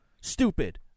Stupid